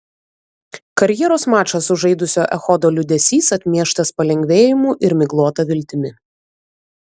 karjeros mačą sužaidusio echodo liūdesys atmieštas palengvėjimu ir miglota viltimi